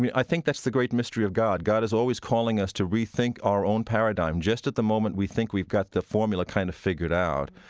mean, i think that's the great mystery of god. god is always calling us to rethink our own paradigm. just at the moment we think we've got the formula kind of figured out,